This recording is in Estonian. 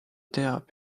teab